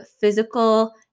physical